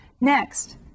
Next